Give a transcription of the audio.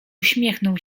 uśmiechnął